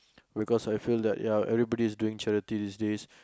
because I feel like that ya everyone is doing charity these days